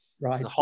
Right